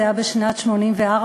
זה היה בשנת 1984,